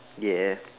!yay!